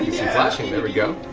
flashing, there we go.